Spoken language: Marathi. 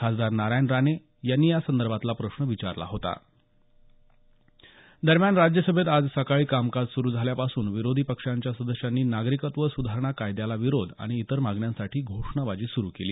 खासदार नारायण राणे यांनी या संदर्भातला प्रश्न विचारला होता दरम्यान राज्यसभेत आज सकाळी कामकाज सुरू झाल्यापासूनच विरोधी पक्षांच्या सदस्यांनी नागरिकत्व सुधारणा कायद्याला विरोध आणि इतर मागण्यांसाठी घोषणाबाजी सुरू केली